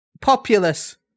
Populous